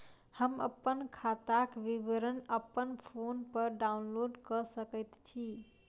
हम अप्पन खाताक विवरण अप्पन फोन पर डाउनलोड कऽ सकैत छी?